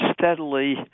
steadily